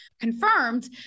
confirmed